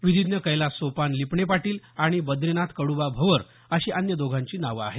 विधिज्ञ कैलास सोपान लिपणे पाटील आणि बद्रीनाथ कड्रबा भवर अशी अन्य दोघांची नावं आहेत